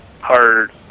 hard